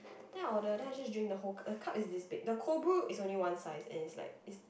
then I ordered then I just drink whole the cup is this big the cold brew is only one size and it's like it's